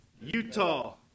Utah